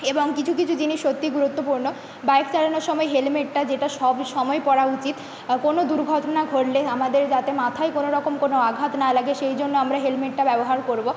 এবং কিছু কিছু জিনিস সত্যি গুরুত্বপূর্ণ বাইক চালানোর সময় হেলমেটটা যেটা সব সময় পরা উচিত বা কোনো দুর্ঘটনা ঘটলে আমাদের যাতে মাথায় কোনো রকম কোনো আঘাত না লাগে সেই জন্য আমরা হেলমেটটা ব্যবহার করবো